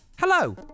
Hello